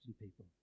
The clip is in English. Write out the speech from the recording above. people